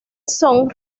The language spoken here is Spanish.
son